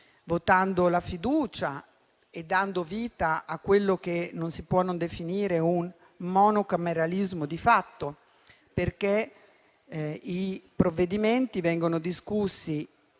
votare la fiducia e a dare vita a quello che non si può non definire un monocameralismo di fatto, perché i provvedimenti vengono discussi,